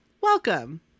welcome